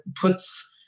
puts